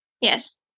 Yes